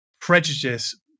prejudice